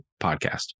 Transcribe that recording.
Podcast